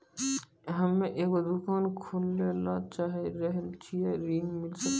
हम्मे एगो दुकान खोले ला चाही रहल छी ऋण मिल सकत?